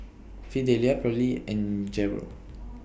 Fidelia Perley and Gerold